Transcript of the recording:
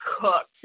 cooked